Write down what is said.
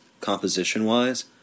composition-wise